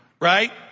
right